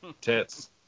tits